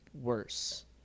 worse